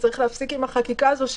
ולכן אמרתי שצריך להפסיק עם החקיקה הזו,